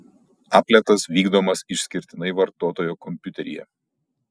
apletas vykdomas išskirtinai vartotojo kompiuteryje